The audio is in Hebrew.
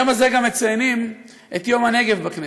היום הזה גם מציינים את יום הנגב בכנסת.